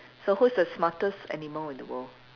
so who's the smartest animal in the world